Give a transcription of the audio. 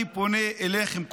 אני פונה אליכם כולכם,